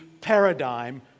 paradigm